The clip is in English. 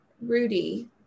Rudy